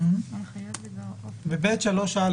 ב-ב3א